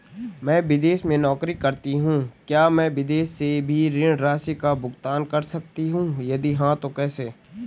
मैं विदेश में नौकरी करतीं हूँ क्या मैं विदेश से भी ऋण राशि का भुगतान कर सकती हूँ यदि हाँ तो कैसे?